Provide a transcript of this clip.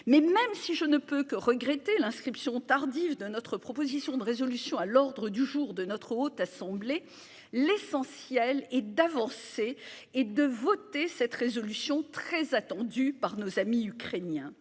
mais même si je ne peux que regretter l'inscription tardive de notre proposition de résolution à l'ordre du jour de notre haute assemblée. L'essentiel est d'avancer et de voter cette résolution très attendue par nos amis ukrainiens.